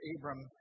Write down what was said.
Abram